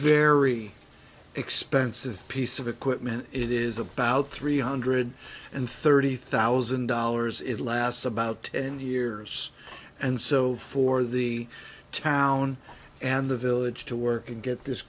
very expensive piece of equipment it is about three hundred and thirty thousand dollars it lasts about ten years and so for the town and the village to work and get this